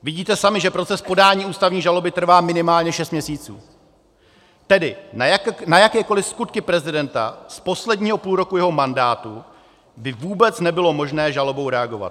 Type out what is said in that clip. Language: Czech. Vidíte sami, že proces podání ústavní žaloby trvá minimálně šest měsíců, tedy na jakékoli skutky prezidenta posledního půlroku jeho mandátu by vůbec nebylo možné žalobou reagovat.